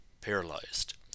paralyzed